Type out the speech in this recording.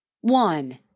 one